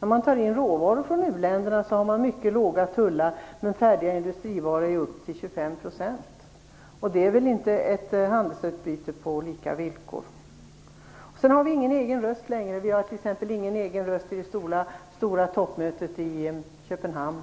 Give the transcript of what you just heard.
När man tar in råvaror från uländerna har man mycket låga tullar, men tullarna på färdiga industrivaror är på upp till 25 %. Det är väl inte ett handelsutbyte på lika villkor? Vi har ingen egen röst längre. Vi har t.ex. ingen egen röst vid det stora toppmötet i Köpenhamn.